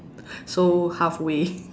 so halfway